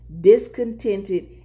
discontented